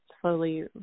slowly